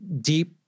deep